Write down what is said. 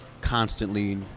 constantly